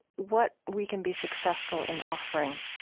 what we can be successful in offering,